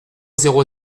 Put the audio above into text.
zéro